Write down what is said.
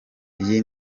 iyi